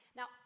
Now